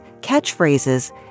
catchphrases